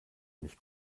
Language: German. nicht